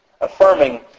affirming